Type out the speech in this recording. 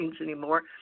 anymore